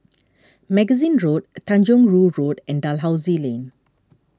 Magazine Road Tanjong Rhu Road and Dalhousie Lane